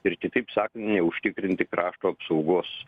ir kitaip sakant užtikrinti krašto apsaugos